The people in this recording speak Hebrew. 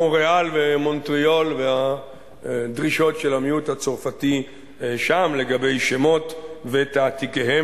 כמו ריאל ומונטריאול והדרישות של המיעוט הצרפתי שם לגבי שמות ותעתיקיהם.